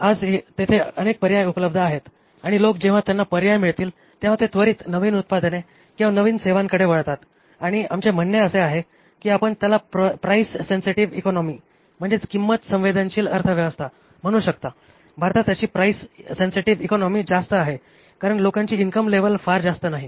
आज तेथे अनेक पर्याय उपलब्ध आहेत आणि लोक जेव्हा त्यांना पर्याय मिळतील तेव्हा ते त्वरित नवीन उत्पादने किंवा नवीन सेवांकडे वळतात आणि आमचे म्हणणे असे आहे की आपण याला प्राईस सेन्सेटिव्ह इकॉनॉमी किंमत संवेदनशील अर्थव्यवस्था म्हणू शकता भारतात अशी प्राईस सेन्सेटिव्ह इकॉनॉमी जास्त आहे कारण लोकांची इनकम लेवल फार जास्त नाही